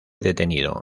detenido